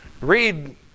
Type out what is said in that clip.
Read